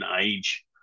age